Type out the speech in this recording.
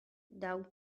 daou